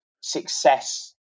success